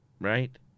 right